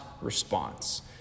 response